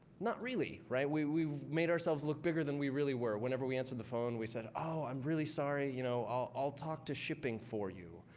not really, right? we've made ourselves look bigger than we really were. whenever we answered the phone, we said, oh, i'm really sorry. you know i'll i'll talk to shipping for you.